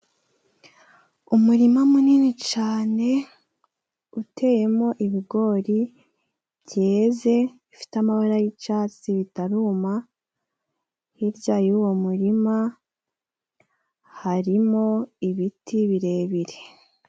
Umurima munini cane uteyemo ibigori byeze bifite amabara y'icyatsi bitaruma hirya y'uwo murima harimo ibiti birebire.